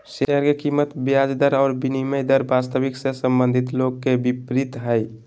share के कीमत ब्याज दर और विनिमय दर वास्तविक से संबंधित लोग के विपरीत हइ